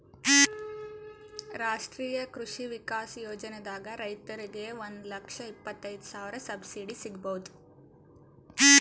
ರಾಷ್ಟ್ರೀಯ ಕೃಷಿ ವಿಕಾಸ್ ಯೋಜನಾದಾಗ್ ರೈತರಿಗ್ ಒಂದ್ ಲಕ್ಷ ಇಪ್ಪತೈದ್ ಸಾವಿರತನ್ ಸಬ್ಸಿಡಿ ಸಿಗ್ಬಹುದ್